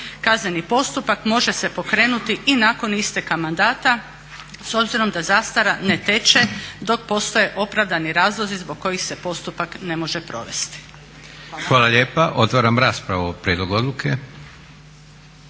Kazneni postupak može se pokrenuti i nakon isteka mandata s obzirom da zastara ne teče dok postoje opravdani razlozi zbog kojih se postupak ne može provesti. Zahvaljujem. **Leko, Josip (SDP)**